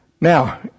Now